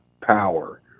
power